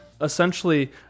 Essentially